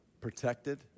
protected